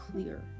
clear